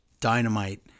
Dynamite